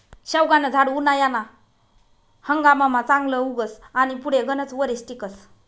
शेवगानं झाड उनायाना हंगाममा चांगलं उगस आनी पुढे गनच वरीस टिकस